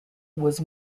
was